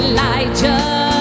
Elijah